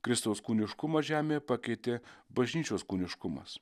kristaus kūniškumą žemėje pakeitė bažnyčios kūniškumas